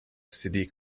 std